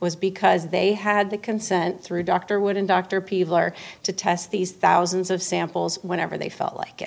was because they had the consent through dr wood and dr people are to test these thousands of samples whenever they felt like